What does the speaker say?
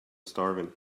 starving